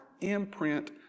imprint